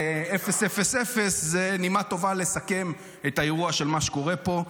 000 זה נימה טובה לסכם את האירוע של מה שקורה פה.